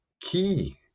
key